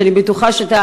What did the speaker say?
אני בטוחה שאתה